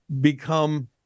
become